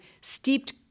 steeped